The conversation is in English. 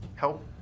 Help